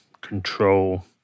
control